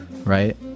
right